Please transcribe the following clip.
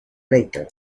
later